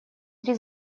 три